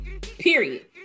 Period